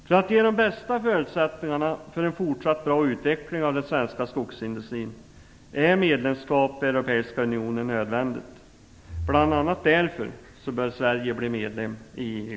För att ge de bästa förutsättningarna för en fortsatt bra utveckling av den svenska skogsindustrin är medlemskap i Europeiska unionen nödvändigt. Bl.a. därför bör Sverige bli medlem i EU.